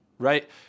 right